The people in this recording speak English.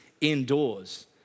indoors